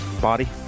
body